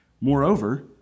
Moreover